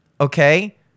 okay